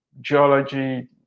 geology